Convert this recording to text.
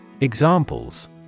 Examples